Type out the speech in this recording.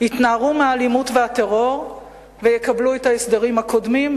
יתנערו מהאלימות והטרור ויקבלו את ההסדרים הקודמים,